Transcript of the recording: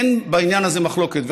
אין בעניין הזה מחלוקת,